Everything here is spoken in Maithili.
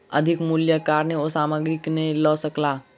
अधिक मूल्यक कारणेँ ओ सामग्री नै लअ सकला